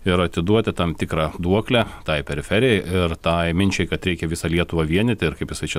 ir atiduoti tam tikrą duoklę tai periferijai ir tai minčiai kad reikia visą lietuvą vienyti ir kaip jis čia